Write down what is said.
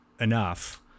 enough